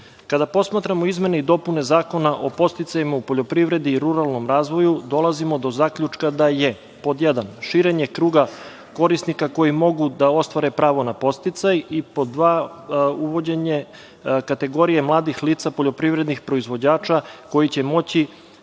posmatramo izmene i dopune Zakona o podsticajima u poljoprivredi i ruralnom razvoju, dolazimo do zaključka da je pod jedan – širenje kruga korisnika koji mogu da ostvare pravo na podsticaj i pod dva – uvođenje kategorije mladih lica, poljoprivrednih proizvođača koji će moći